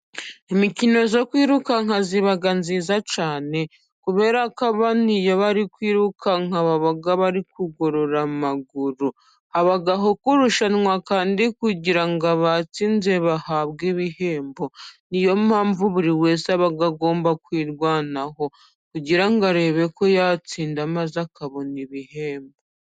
Imikino yo kwiruruka iba myiza cyane kuberako abantu iyo bari kwiruka baba bari kugorora amaguru, habaho kurushanwa kandi kugira ngo abatsinze bahabwe ibihembo, niyo mpamvu buri wese aba agomba kwirwanaho kugira ngo arebeko yatsinda maze akabona ibihembo.